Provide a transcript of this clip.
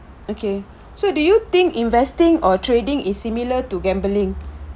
okay so do you think investing or trading is similar to gambling